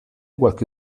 qualche